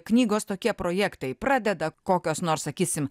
knygos tokie projektai pradeda kokios nors sakysim